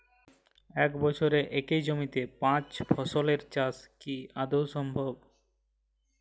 এক বছরে একই জমিতে পাঁচ ফসলের চাষ কি আদৌ সম্ভব?